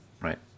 Right